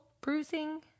bruising